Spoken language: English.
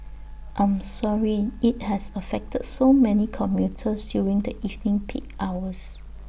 I'm sorry IT has affected so many commuters during the evening peak hours